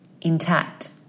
intact